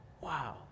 Wow